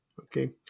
Okay